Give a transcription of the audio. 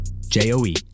j-o-e